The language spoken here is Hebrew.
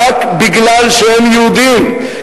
רק משום שהם יהודים,